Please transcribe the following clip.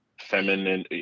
feminine